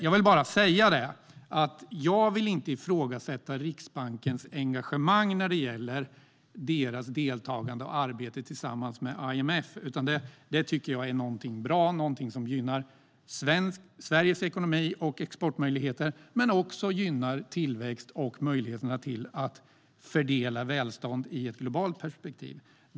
Jag vill bara säga att jag inte vill ifrågasätta Riksbankens engagemang när det gäller dess deltagande och arbete tillsammans med IMF. Jag tycker att det är bra och något som gynnar Sveriges ekonomi och exportmöjligheter men också tillväxten och möjligheterna att fördela välstånd i ett globalt perspektiv.